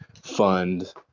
fund